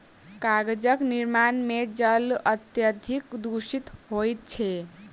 कागजक निर्माण मे जल अत्यधिक दुषित होइत छै